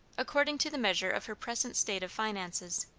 according to the measure of her present state of finances.